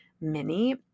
mini